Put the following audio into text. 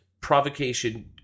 provocation